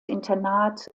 internat